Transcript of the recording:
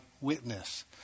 witness